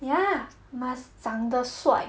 ya must 长得帅